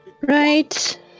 Right